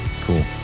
Cool